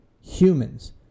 Humans